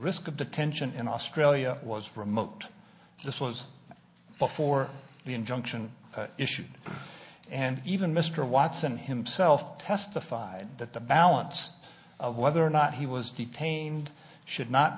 risk of detention in australia was remote this was before the injunction issued and even mr watson himself testified that the balance of whether or not he was detained should not